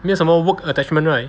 没有什么 work attachment right